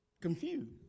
confused